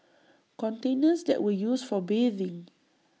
containers that were used for bathing